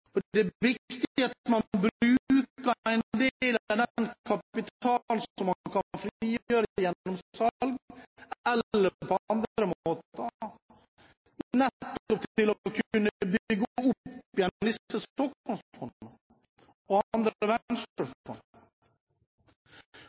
Det er viktig at man bruker en del av den kapitalen som man kan frigjøre gjennom salg eller på andre måter, til å bygge opp igjen disse såkornfondene og